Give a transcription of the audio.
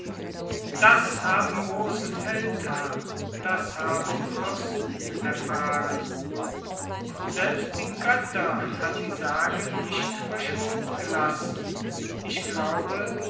das haben große feldherrn das haben fürsten erfahren selbst die götter hat die sage nicht verschont gelassen ich glaube